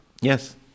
Yes